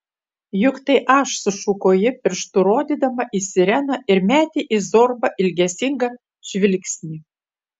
juk tai aš sušuko ji pirštu rodydama į sireną ir metė į zorbą ilgesingą žvilgsnį